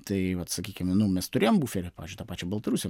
tai vat sakykim nu mes turėjom buferį pavyzdžiui tą pačią baltarusiją